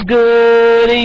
good